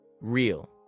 real